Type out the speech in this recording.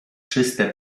czyste